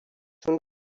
چون